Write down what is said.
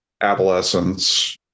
adolescence